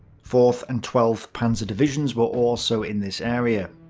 fourth and twelfth panzer divisions were also in this area.